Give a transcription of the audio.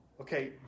Okay